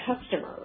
customers